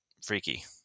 freaky